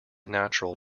natural